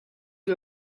you